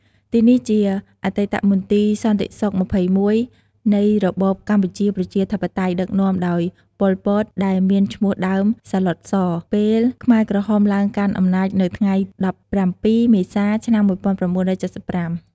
ទីនេះជាអតីតមន្ទីរសន្ដិសុខ២១ នៃរបបកម្ពុជាប្រជាធិបតេយ្យ ដឹកនាំដោយប៉ុល ពត ដែលមាន ឈ្មោះដើម សាទ្បុត ស ពេលខ្មែរក្រហមឡើងកាន់អំណាចនៅថ្ងៃ១៧ មេសា ឆ្នាំ១៩៧៥។